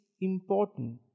important